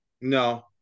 no